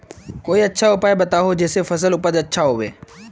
कोई अच्छा उपाय बताऊं जिससे फसल उपज अच्छा होबे